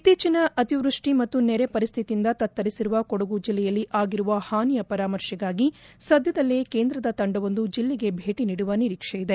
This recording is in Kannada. ಇತ್ತೀಚನ ಅತಿವೃಷ್ಟಿ ಮತ್ತು ನೆರೆ ಪರಿಸ್ಥಿತಿಯಿಂದ ತತ್ತರಿಸಿರುವ ಕೊಡಗು ಜಿಲ್ಲೆಯಲ್ಲಿ ಆಗಿರುವ ಹಾನಿಯ ಪರಾಮರ್ಶೆಗಾಗಿ ಸದ್ದದಲ್ಲೇ ಕೇಂದ್ರದ ತಂಡವೊಂದು ಜಿಲ್ಲೆಗೆ ಭೇಟಿ ನೀಡುವ ನಿರೀಕ್ಷೆ ಇದೆ